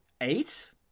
eight